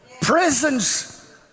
Prisons